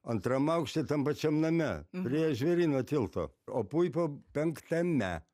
antram aukšte tam pačiam name prie žvėryno tilto o puipa penktame